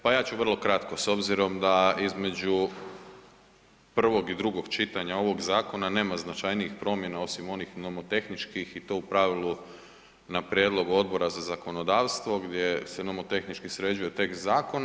Pa ja ću vrlo kratko s obzirom da između prvog i drugog čitanja ovog zakona nema značajnijih promjena osim onih nomotehničkih i to u pravilu na prijedlog Odbora za zakonodavstvo gdje se nomotehnički sređuje tekst zakona.